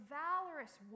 valorous